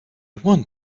want